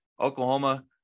Oklahoma